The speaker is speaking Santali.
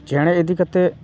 ᱪᱮᱬᱮ ᱤᱫᱤ ᱠᱟᱛᱮᱫ